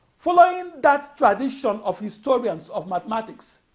following that tradition of historians of mathematics,